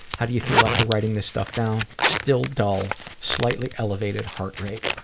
how do you feel after writing this stuff down? still dull, slightly elevated heart rate.